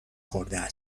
خورده